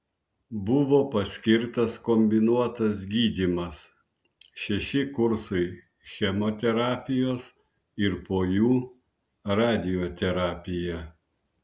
buvo paskirtas kombinuotas gydymas šeši kursai chemoterapijos ir po jų radioterapija